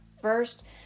first